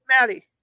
Maddie